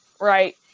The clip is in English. right